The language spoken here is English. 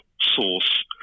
source